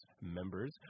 members